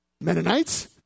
Mennonites